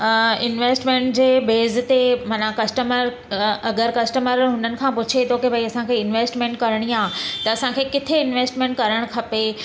अ investment जे बेज़ ते माना कस्टमर अ अगरि कस्टमर हुननि खां पुछे थो के भई असांखे इनवेस्टमेंट करणी आहे त असांखे किथे इनवेस्टमेंट करणु खपे